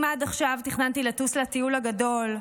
אם עד עכשיו תכננתי לטוס לטיול הגדול,